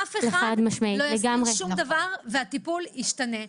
אף אחד יסתיר שום דבר והטיפול ישתנה.